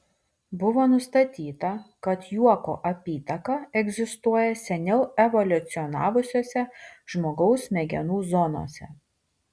buvo nustatyta kad juoko apytaka egzistuoja seniau evoliucionavusiose žmogaus smegenų zonose